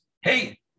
Hey